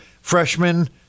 freshman